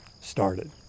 started